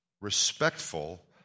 respectful